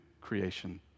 creation